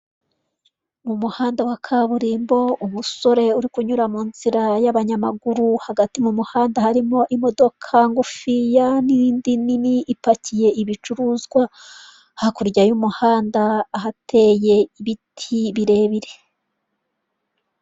Imbere yanjye ndahabona dayihatso y'umweru iri kugenda muri kaburimbo. Ifite karisoro, ikaba ipfutse na shitingi y'ubururu. Hirya yaho hari jaride y'ibiti.